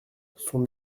son